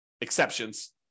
exceptions